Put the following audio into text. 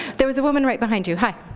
there was a woman right behind you. hi.